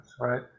right